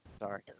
Sorry